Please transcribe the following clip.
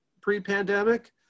pre-pandemic